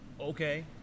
okay